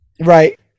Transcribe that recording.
Right